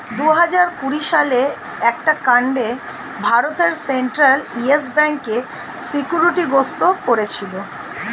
দুহাজার কুড়ি সালের একটি কাণ্ডে ভারতের সেন্ট্রাল ইয়েস ব্যাঙ্ককে সিকিউরিটি গ্রস্ত করেছিল